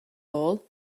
all